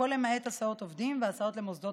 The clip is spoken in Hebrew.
הכול למעט הסעות עובדים והסעות למוסדות